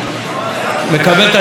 מקבל את התיקון, לפרוטוקול.